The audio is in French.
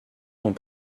sont